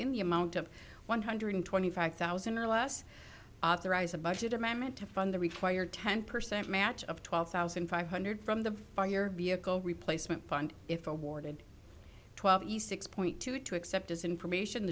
the amount of one hundred twenty five thousand or less authorize a budget amendment to fund the required ten percent match of twelve thousand five hundred from the far your vehicle replacement fund if awarded twelve east six point two two except as information